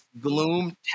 gloom